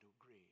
agree